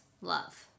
love